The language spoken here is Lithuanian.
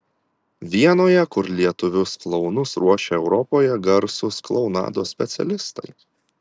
vienoje kur lietuvius klounus ruošia europoje garsūs klounados specialistai